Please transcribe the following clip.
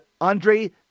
Andre